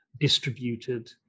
distributed